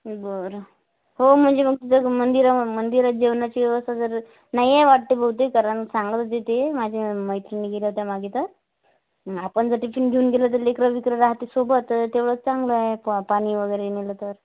बरं हो म्हणजे मग जर क मंदिरा मंदिरात जेवणाची व्यवस्था जर नाही आहे वाटतं बहुतेक कारण सांगत होती ते माझ्या मैत्रिणी गेल्या होत्या मागे तर आपण जर टिफिन घेऊन गेलो तर लेकरं बिकरं राहतीत सोबत तर तेवढंच चांगलं आहे प पाणी वगैरे नेलं तर